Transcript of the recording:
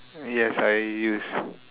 yes I use